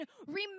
remember